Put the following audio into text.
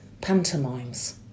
pantomimes